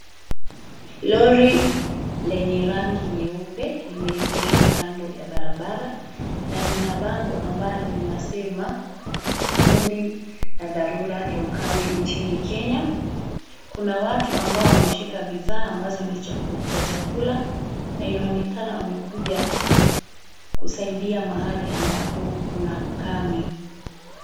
Lori lenye rangi nyeupe limeegeshwa kando ya barabara na lina bango ambalo linasema kundi la dharura ya ukame nchini kenya. Kuna watu ambao wameshika bidhaa ambazo ni za chakula na inaonekana wamekuja kusaidia mahali ambapo kuna ukame.